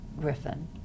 Griffin